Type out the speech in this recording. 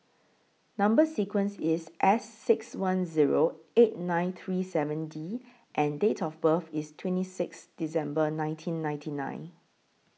Number sequence IS S six one Zero eight nine three seven D and Date of birth IS twenty six December nineteen ninety nine